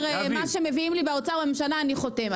מה שמביאים לי באוצר בממשלה אני חותם,